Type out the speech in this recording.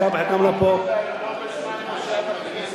אמרתי להם, לא בזמן מושב הכנסת.